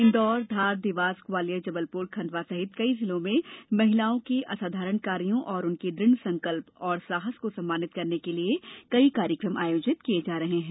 इंदौर धार देवास ग्वालियर जबलपुर खंडवा सहित कई जिलों में महिलाओं के असाधारण कार्यों और उनके दृढ़संकल्प और साहस को सम्मानित करने के लिए कई कार्यक्रम आयोजित किये जा रहे हैं